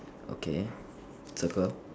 okay circle